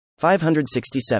567